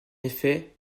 effet